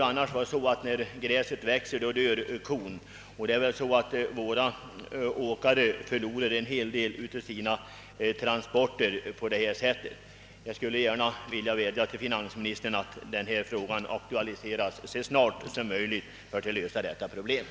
Annars kan det bli anledning att tillämpa talesättet att medan gräset växer dör kon, Våra åkare förlorar, som jag nämnde, en hel del Jag vill vädja till finansministern att han aktualiserar frågan så snart som möjligt och försöker lösa problemet.